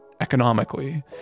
economically